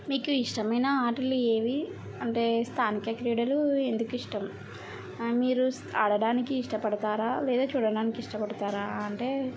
మీకు ఇష్టమైన ఆటలు ఏవి అంటే స్థానిక క్రీడలు ఎందుకిష్టం మీరు ఆడడానికి ఇష్టపడతారా లేదా చూడడానికి ఇష్టపడతారా అంటే